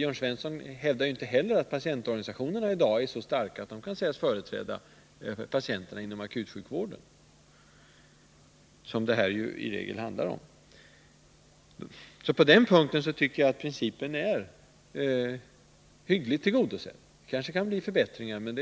Jörn Svensson hävdar inte heller att patientorganisationerna i dag är så starka att de kan sägas företräda patienterna inom akutsjukvården, som det i regel handlar om. Principen om oberoende tycker jag därför är hyggligt tillgodosedd. Men det är klart att det kanske kan bli aktuellt med